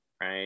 right